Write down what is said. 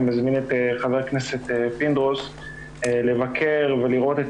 אני מזמין את ח"כ פינדרוס לבקר ולראות את